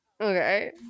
Okay